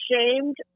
shamed